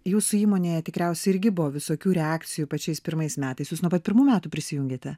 jūsų įmonėje tikriausiai irgi buvo visokių reakcijų pačiais pirmais metais jūs nuo pat pirmų metų prisijungiate